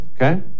okay